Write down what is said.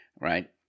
right